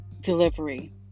delivery